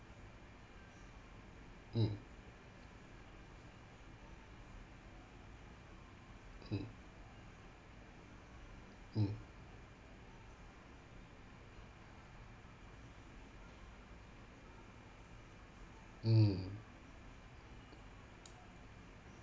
mm mm mm mm